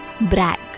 brag